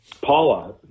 Paula